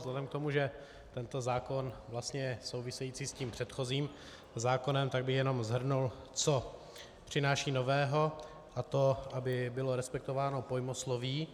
Vzhledem k tomu, že tento zákon vlastně je související s tím předchozím zákonem, tak bych jenom shrnul, co přináší nového, a to, aby bylo respektováno pojmosloví.